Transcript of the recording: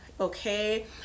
Okay